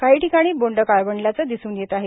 काही ठिकाणी बोंडे काळवंडल्याचे दिसून येत आहे